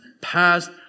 past